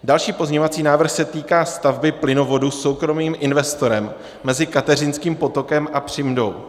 Další pozměňovací návrh se týká stavby plynovodu soukromým investorem mezi Kateřinským potokem a Přimdou.